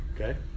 Okay